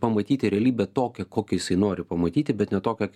pamatyti realybę tokią kokią jisai nori pamatyti bet ne tokią